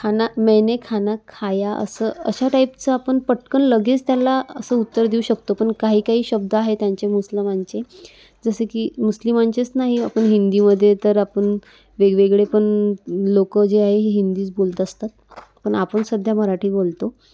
खाना मैने खाना खाया असं अशा टाईपचं आपण पटकन लगेच त्याला असं उत्तर देऊ शकतो पण काही काही शब्द आहे त्यांचे मुस्लिमांचे जसें की मुस्लिमांचेच नाही आपण हिंदीमध्ये तर आपण वेगवेगळे पण लोकं जे आहे हिंदीच बोलत असतात पण आपण सध्या मराठी बोलतो